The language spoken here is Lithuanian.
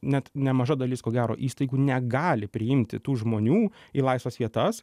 net nemaža dalis ko gero įstaigų negali priimti tų žmonių į laisvas vietas